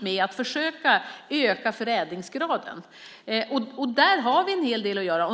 med att försöka öka förädlingsgraden. Där har vi en hel del att göra.